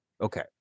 Okay